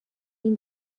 این